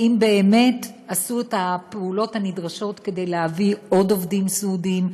האם באמת עשו את הפעולות הנדרשות כדי להביא עוד עובדים סיעודיים?